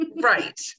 Right